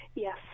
Yes